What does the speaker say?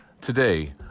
today